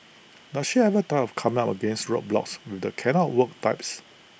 does she ever tire of coming up against roadblocks with the cannot work types